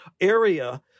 area